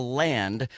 land